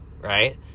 right